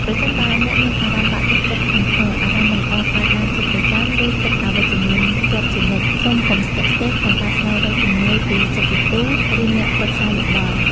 ប្រសិនបើអ្នកមានអារម្មណ៍បាក់ទឹកចិត្តធ្ងន់ធ្ងរ អារម្មណ៍មិនល្អកើតឡើងជាប្រចាំ ឬគិតអវិជ្ជមានជាប់ជានិច្ច សូមកុំស្ទាក់ស្ទើរក្នុងការស្វែងរកជំនួយពីចិត្តវិទូ ឬអ្នកប្រឹក្សាយោបល់។